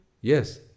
Yes